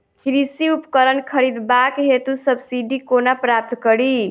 कृषि उपकरण खरीदबाक हेतु सब्सिडी कोना प्राप्त कड़ी?